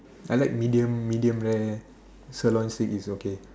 I like medium medium rare sirloin steak is okay